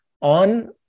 on